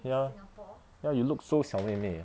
ya ya you look so 小妹妹